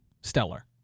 stellar